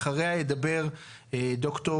שלום,